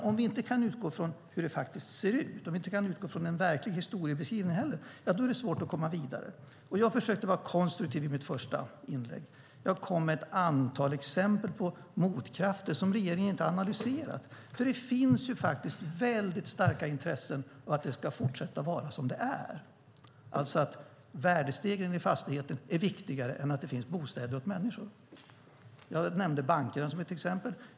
Om vi inte kan utgå från hur det faktiskt ser ut, om vi inte heller kan utgå från en verklig historieskrivning, ja då är det svårt att komma vidare. Jag försökte vara konstruktiv i mitt första inlägg. Jag kom med ett antal exempel på motkrafter som regeringen inte analyserat. Det finns starka intressen för att det fortsätter att vara som det är, alltså att värdestegringen av fastigheterna är viktigare än att det finns bostäder till människor. Jag nämnde bankerna som exempel.